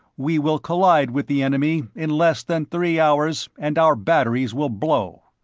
we will collide with the enemy in less than three hours, and our batteries will blow.